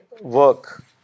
work